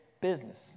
business